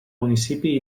municipi